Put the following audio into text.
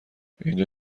اینجا